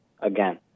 again